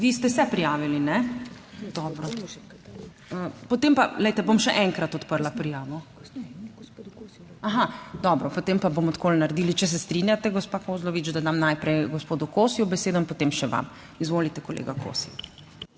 Vi ste se prijavili, ne? Dobro. Potem pa, glejte, bom še enkrat odprla prijavo. Aha, dobro. Potem pa, bomo tako naredili, če se strinjate, gospa Kozlovič, da dam najprej gospodu Kosiju besedo in potem še vam. Izvolite, kolega Kosi.